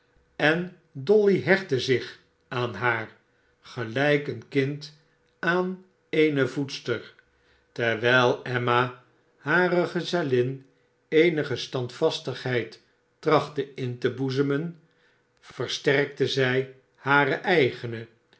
en dolly hechtte zich aan haar gelijk een kind aan eene voedster terwijl emma hare gezellin eenige stand vastigheid trachtte in te boezemen versterkte zij hare eigene